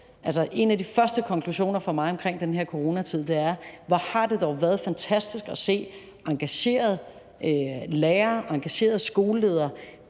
En af de første konklusioner for mig omkring den her coronatid er: Hvor har det dog været fantastisk at se engagerede lærere og engagerede